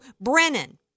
Brennan